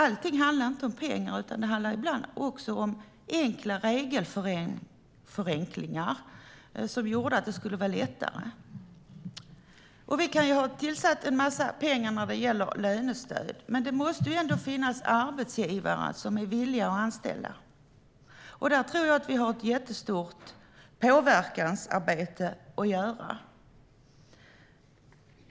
Allting handlar inte om pengar, utan ibland handlar det om regelförenklingar som underlättar. Vi kan ha tillfört en massa pengar när det gäller lönestöd, men det måste ändå finnas arbetsgivare som är villiga att anställa. Där tror jag att vi har ett stort påverkansarbete att göra.